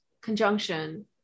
conjunction